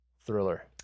Thriller